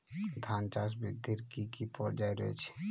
ধান চাষ বৃদ্ধির কী কী পর্যায় রয়েছে?